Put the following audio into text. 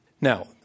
Now